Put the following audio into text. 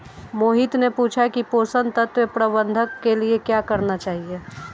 मोहित ने पूछा कि पोषण तत्व प्रबंधन के लिए क्या करना चाहिए?